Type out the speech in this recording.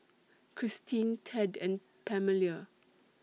Kristin Ted and Pamelia